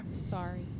Sorry